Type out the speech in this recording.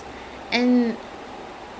eh did you watch tower problem too